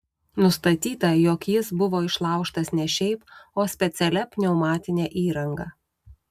nustatyta jog jis buvo išlaužtas ne šiaip o specialia pneumatine įranga